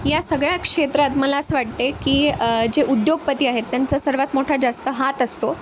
या सगळ्या क्षेत्रात मला असं वाटते की जे उद्योगपती आहेत त्यांचा सर्वात मोठा जास्त हात असतो